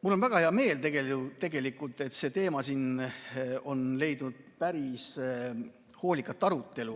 Mul on väga hea meel tegelikult, et see teema siin on leidnud päris hoolikat arutelu.